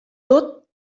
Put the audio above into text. tot